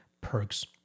perks